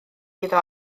iddo